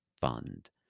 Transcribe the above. Fund